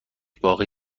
باقی